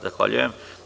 Zahvaljujem.